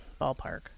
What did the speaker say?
ballpark